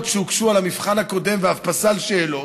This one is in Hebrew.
שהוגשו על המבחן הקודם ואף פסל שאלות.